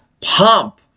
pump